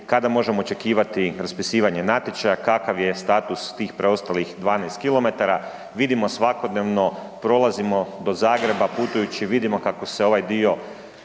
kada možemo očekivati raspisivanje natječaja, kakav je status tih preostalih 12 kilometara, vidimo svakodnevno, prolazimo do Zagreba, putujući vidimo kako se ovaj dio